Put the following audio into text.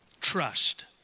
trust